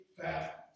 fat